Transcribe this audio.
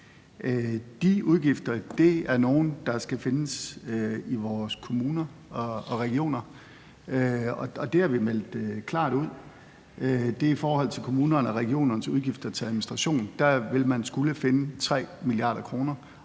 De udgifter er nogle, der skal findes i vores kommuner og regioner, og det har vi meldt klart ud. I forhold til regionerne og kommunernes udgifter til administration vil man skulle finde 3 mia. kr.,